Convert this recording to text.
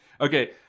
Okay